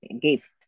gift